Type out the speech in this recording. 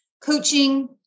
coaching